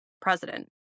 president